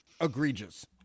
egregious